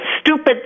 stupid